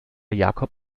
jakob